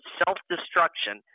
self-destruction